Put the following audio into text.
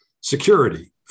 security